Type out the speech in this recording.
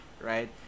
Right